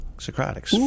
Socratic